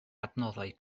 adnoddau